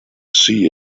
see